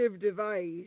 device